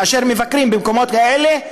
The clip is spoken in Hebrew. כאשר הם מבקרים במקומות כאלה,